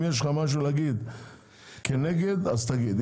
אם יש לך משהו לומר כנגד, בסדר.